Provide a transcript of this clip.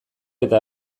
eta